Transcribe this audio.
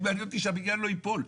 מעניין אותי שהבניין לא ייפול,